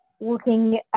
working